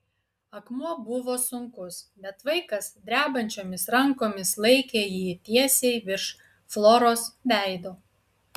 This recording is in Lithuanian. akmuo buvo sunkus bet vaikas drebančiomis rankomis laikė jį tiesiai virš floros veido